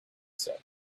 said